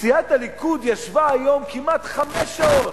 סיעת הליכוד ישבה היום כמעט חמש שעות,